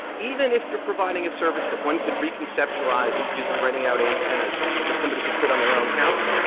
even if you are providing a service that one could reconceptualize as just renting out antennas that somebody could put on their own house,